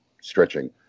stretching